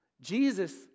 Jesus